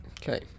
Okay